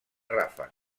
ràfec